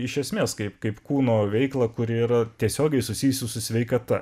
iš esmės kaip kaip kūno veiklą kuri yra tiesiogiai susijusi su sveikata